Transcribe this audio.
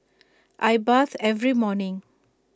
I bathe every morning